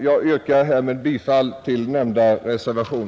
Jag yrkar bifall till denna reservation.